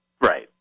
Right